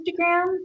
Instagram